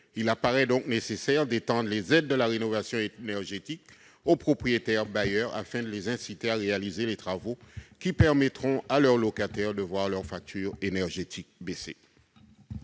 Il paraît donc nécessaire d'étendre les aides à la rénovation énergétique aux propriétaires bailleurs, afin de les inciter à réaliser les travaux qui permettront à leurs locataires de voir leur facture énergétique baisser.